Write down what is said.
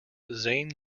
zane